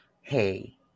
hey